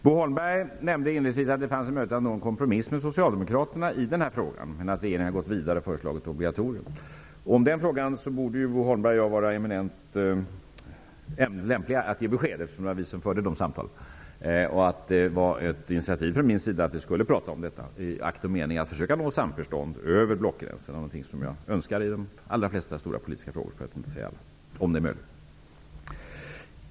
Bo Holmberg nämnde inledningsvis att det fanns en möjlighet att nå en kompromiss med Socialdemokraterna i den här frågan men att regeringen gick vidare och föreslog ett obligatorium. Bo Holmberg och jag borde vara lämpliga att ge besked i den här frågan, eftersom det var vi som förde de här samtalen. Det var ett initiativ från min sida att vi skulle prata om detta i akt och mening att försöka nå samförstånd över blockgränserna. Det är något jag önskar i de allra flesta stora politiska frågor, för att inte säga alla, där det är möjligt.